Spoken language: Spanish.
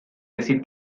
decir